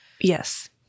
Yes